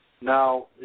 Now